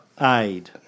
aid